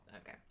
okay